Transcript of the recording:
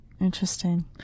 Interesting